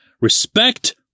Respect